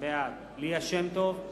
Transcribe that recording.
בעד ליה שמטוב,